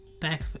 back